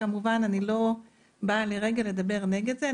כמובן אני לא באה לרגע לדבר נגד זה.